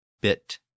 bit